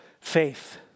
faith